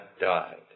died